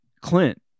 Clint